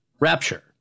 Rapture